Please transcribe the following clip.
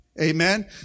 Amen